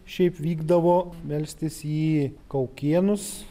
šiaip vykdavo melstis į kaukėnus